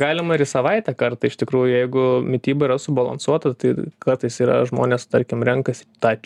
galima ir į savaitę kartą iš tikrųjų jeigu mityba yra subalansuota tai kartais yra žmonės tarkim renkasi tą